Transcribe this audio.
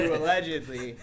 allegedly